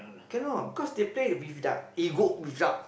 cannot because they play with their ego with their